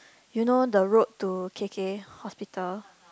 you know the road to K_K-Hospital